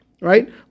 right